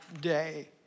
day